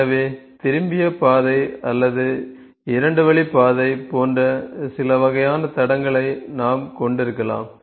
எனவே திரும்பிய பாதை அல்லது இரண்டு வழி பாதை போன்ற சில வகையான தடங்களை நாம் கொண்டிருக்கலாம்